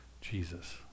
Jesus